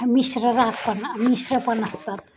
मिश्र राग पन मिश्र पण असतात